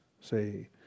Say